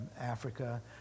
Africa